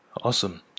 awesome